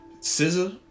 Scissor